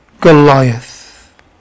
Goliath